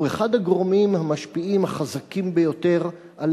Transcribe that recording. הוא אחד הגורמים המשפיעים החזקים ביותר על